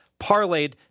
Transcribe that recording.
parlayed